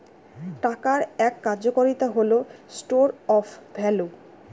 টাকার এক কার্যকারিতা হল স্টোর অফ ভ্যালু